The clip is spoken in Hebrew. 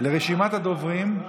לרשימת הדוברים.